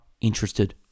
interested